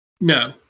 No